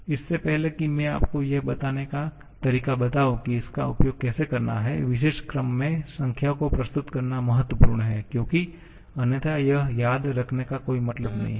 इससे पहले कि मैं आपको यह बताने का तरीका बताऊं कि इसका उपयोग कैसे करना है विशेष क्रम में संख्याओं को प्रस्तुत करना महत्वपूर्ण है क्योंकि अन्यथा यह याद रखने का कोई मतलब नहीं है